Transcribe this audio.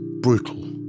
brutal